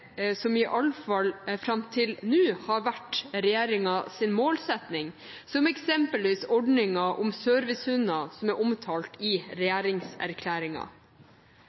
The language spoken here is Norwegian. som iallfall fram til nå har vært regjeringens målsetting, som eksempelvis ordningen med servicehunder, som er omtalt i